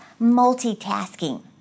multitasking